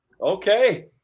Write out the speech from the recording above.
Okay